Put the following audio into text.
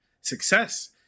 success